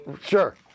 Sure